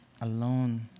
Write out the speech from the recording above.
alone